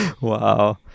Wow